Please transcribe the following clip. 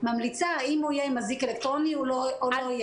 ממליצה אם הוא יהיה עם אזיק אלקטרוני או לא יהיה עם אזיק.